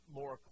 more